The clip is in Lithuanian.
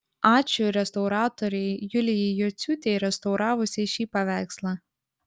ačiū restauratorei julijai jociūtei restauravusiai šį paveikslą